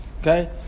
Okay